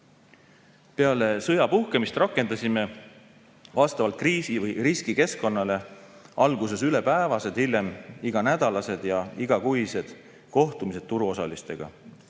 Peale sõja puhkemist rakendasime vastavalt kriisi- või riskikeskkonnale alguses ülepäevased, hiljem iganädalased ja igakuised kohtumised turuosalistega.